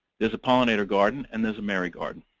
there's a pollinator garden, and there's a mary garden.